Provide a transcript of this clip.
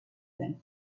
than